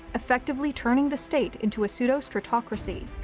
effectively turning the state into a pseudo stratocracy.